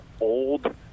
old